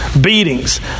beatings